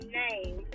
name